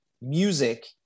music